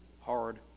hard